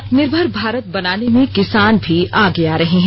आत्मनिर्भर भारत बनाने में किसान भी आगे आ रहे हैं